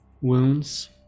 wounds